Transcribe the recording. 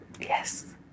Yes